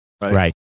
right